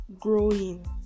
growing